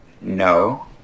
No